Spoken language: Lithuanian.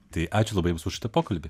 tai ačiū labai jums už šitą pokalbį